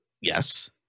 Yes